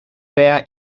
veya